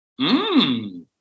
Mmm